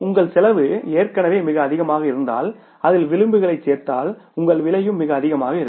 உங்கள் செலவு ஏற்கனவே மிக அதிகமாக இருந்தால் அதில் விளிம்புகளைச் சேர்த்தால் உங்கள் விலையும் மிக அதிகமாக இருக்கும்